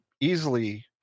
easily